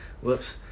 Whoops